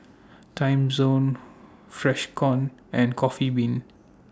Timezone Freshkon and Coffee Bean